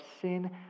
sin